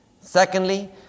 Secondly